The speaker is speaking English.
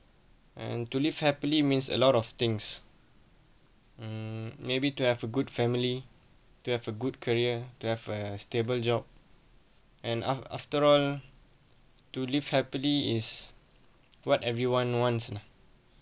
and to live happily means a lot of things hmm maybe to have a good family to have a good career to have a stable job and af~ after all to live happily is what everyone wants lah